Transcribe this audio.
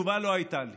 אבל תשובה לא הייתה לי.